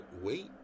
wait